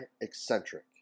Eccentric